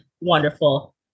wonderful